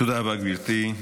תודה רבה, גברתי.